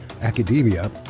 academia